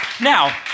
Now